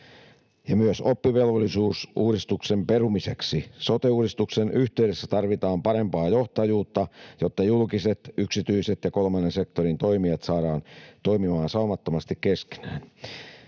myös oppivelvollisuusuudistuksen perumiseksi. Sote-uudistuksen yhteydessä tarvitaan parempaa johtajuutta, jotta julkiset, yksityiset ja kolmannen sektorin toimijat saadaan toimimaan saumattomasti keskenään.